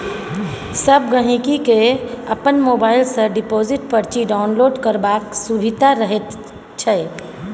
सब गहिंकी केँ अपन मोबाइल सँ डिपोजिट परची डाउनलोड करबाक सुभिता रहैत छै